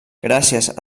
gràcies